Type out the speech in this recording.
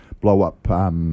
blow-up